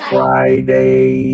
Friday